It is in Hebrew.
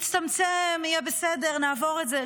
נצטמצם, יהיה בסדר, נעבור את זה.